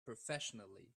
professionally